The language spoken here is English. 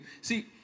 See